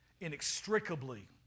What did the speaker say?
inextricably